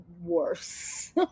worse